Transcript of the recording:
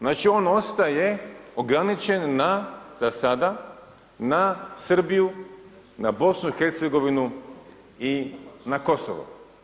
Znači on ostaje ograničen na za sada, na Srbiju, na BIH i na Kosovo.